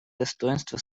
достоинство